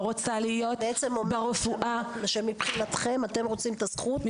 רוצה להיות --- מבחינתכם אתם רוצים את הסכום למטפל,